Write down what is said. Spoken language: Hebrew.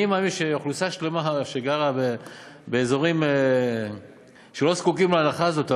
אני מאמין שאוכלוסייה שלמה שגרה באזורים שלא זקוקים להנחה הזאת,